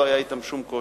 לא היה אתם שום קושי,